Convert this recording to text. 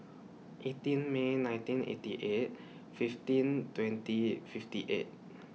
eighteen May nineteen eighty eight fifteen twenty fifty eight